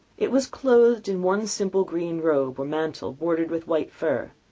it was clothed in one simple green robe, or mantle, bordered with white fur.